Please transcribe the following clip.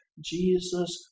Jesus